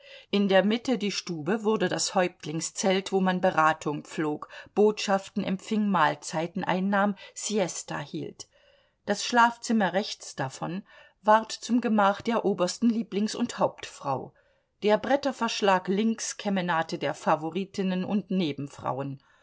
in der mitte die stube wurde das häuptlingszelt wo man beratung pflog botschaften empfing mahlzeiten einnahm siesta hielt das schlafzimmer rechts davon ward zum gemach der obersten lieblings und hauptfrau der bretterverschlag links kemenate der favoritinnen und nebenfrauen